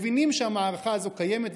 מבינים שהמערכה הזאת קיימת,